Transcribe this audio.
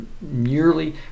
merely